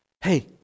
Hey